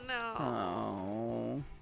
no